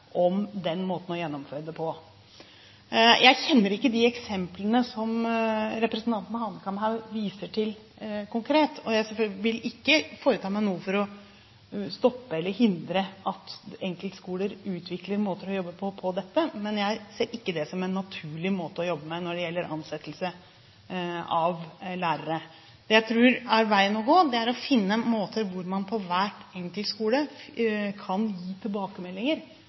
om den måten å gjennomføre det på. Jeg kjenner ikke de eksemplene som representanten Hanekamhaug konkret viser til. Jeg vil selvfølgelig ikke foreta meg noe for å stoppe eller hindre at enkeltskoler utvikler måter å jobbe på med dette, men jeg ser ikke dette som en naturlig måte å jobbe på når det gjelder ansettelse av lærere. Det jeg tror er veien å gå, er at man på hver enkelt skole finner måter å gi tilbakemeldinger